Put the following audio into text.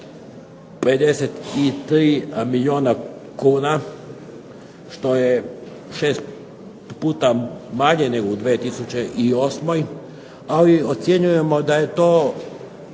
553 milijuna kuna što je 6 puta manje nego u 2008. Ali ocjenjujemo da je to